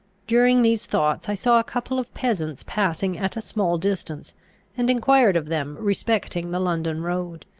during these thoughts i saw a couple of peasants passing at a small distance and enquired of them respecting the london road.